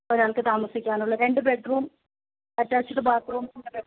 ഒരാൾക്ക് താമസിക്കാൻ ഉള്ള രണ്ട് bedroom attached bathroom അങ്ങനെ